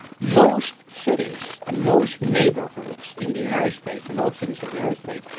most cities and most neighborhoods in the united states, and all cities of the united states,